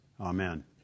Amen